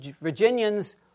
Virginians